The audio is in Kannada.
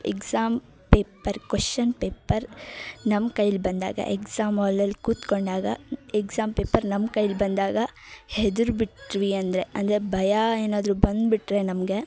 ಎಕ್ಸಾಮ್ ಪೇಪರ್ ಕ್ವೆಶ್ಚನ್ ಪೇಪರ್ ನಮ್ಮ ಕೈಯ್ಯಲ್ಲಿ ಬಂದಾಗ ಎಕ್ಸಾಮ್ ಆಲಲ್ಲಿ ಕುತ್ಕೊಂಡಾಗ ಎಕ್ಸಾಮ್ ಪೇಪರ್ ನಮ್ಮ ಕೈಯ್ಯಲ್ಲಿ ಬಂದಾಗ ಹೆದರಿಬಿಟ್ವಿ ಅಂದರೆ ಅಂದರೆ ಭಯ ಏನಾದರು ಬಂದ್ಬಿಟ್ಟರೆ ನಮಗೆ